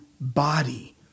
body